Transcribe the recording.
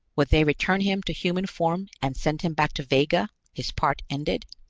would they return him to human form and send him back to vega, his part ended?